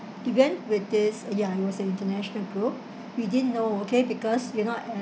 we went with this uh ya it was an international group we didn't know okay because we're not at